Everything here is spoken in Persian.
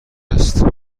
است